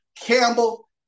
Campbell